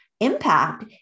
impact